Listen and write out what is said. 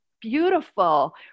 beautiful